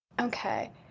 Okay